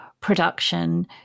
production